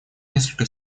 несколько